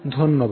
ধন্যবাদ